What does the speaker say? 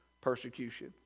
persecution